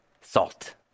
Salt